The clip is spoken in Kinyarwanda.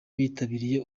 bitabiriye